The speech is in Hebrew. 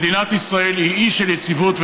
מדינת ישראל היא אי של יציבות,